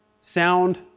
sound